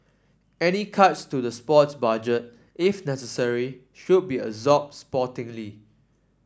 any cuts to the sports budget if necessary should be absorbed sportingly